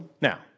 Now